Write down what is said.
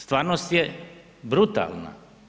Stvarnost je brutalna.